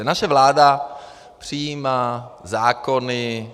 Naše vláda přijímá zákony.